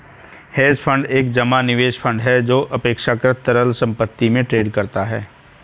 hedge fund एक जमा निवेश फंड है जो अपेक्षाकृत तरल संपत्ति में ट्रेड करता है